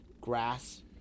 grass